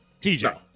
TJ